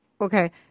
okay